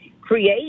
create